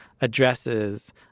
addresses